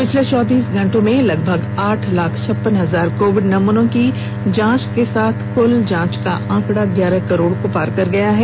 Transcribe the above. पिछले चौबीस घंटो में लगभग आठ लाख छप्पन हजार कोविड नमूनों की जांच के साथ कुल जांच का आंकड़ा ग्यारह करोड़ को पार कर गया है